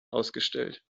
ausgestellt